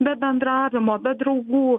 be bendravimo be draugų